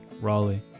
Raleigh